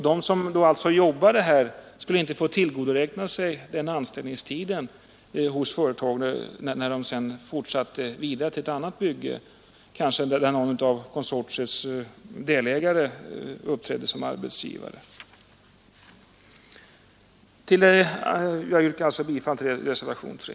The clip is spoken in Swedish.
De som arbetade här skulle alltså inte få tillgodoräkna sig den anställningstiden vid ett annat bygge, där någon av konsortiets delägare uppträder som arbetsgivare. Jag yrkar bifall till reservationen 3.